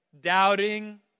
Doubting